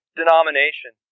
denomination